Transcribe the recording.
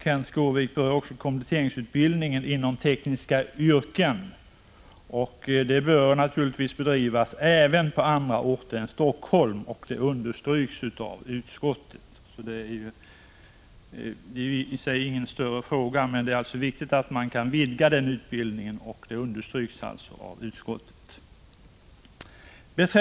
Kenth Skårvik berör också kompletteringsutbildningen inom tekniska yrken och framhåller att sådan utbildning bör bedrivas även på andra orter än Helsingfors, och det understryks av utskottet. Det är i och för sig ingen större fråga, men det är viktigt att man kan vidga denna utbildning, vilket alltså understryks av utskottet.